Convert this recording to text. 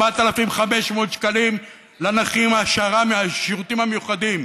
4,500 שקלים לנכים מהשר"מ, מהשירותים המיוחדים,